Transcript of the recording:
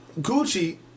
Gucci